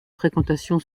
fréquentation